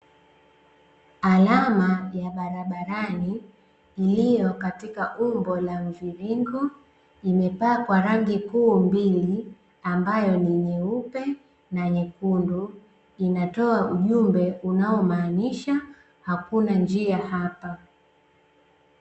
Alama ya barabarani iliyo katika umbo la mviringo imepakwa rangi kuu mbili, ambayo ni nyeupe na nyekundu, inatoa ujumbe unaomaanisha hakuna njia hapa.